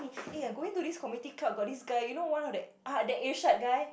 eh I going to the community club got this guy you know one of the ah the Irshad guy